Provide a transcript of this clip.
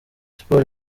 siporo